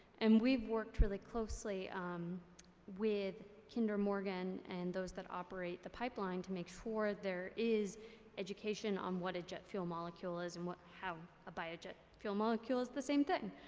and we've worked really closely with kinder morgan and those that operate the pipeline to make sure there is education on what a jet fuel molecule is and how a biojet fuel molecule is the same thing.